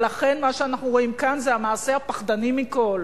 ולכן, מה שאנחנו רואים כאן זה המעשה הפחדני מכול,